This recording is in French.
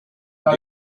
deux